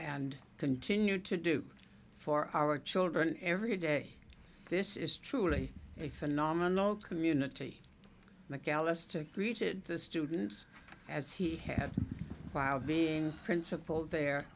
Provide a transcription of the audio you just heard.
and continue to do for our children every day this is truly a phenomenal community mcalister greeted the students as he had while being principal there